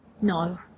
No